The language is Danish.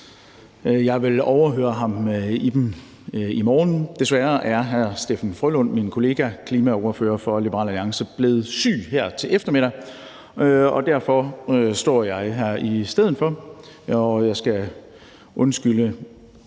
Jeg vil overhøre ham i dem i morgen. Desværre er min kollega hr. Steffen W. Frølund, klimaordfører for Liberal Alliance, blevet syg her til eftermiddag, og derfor står jeg her i stedet for. Jeg skal undskylde